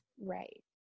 right